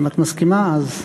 אם את מסכימה, מסכימה.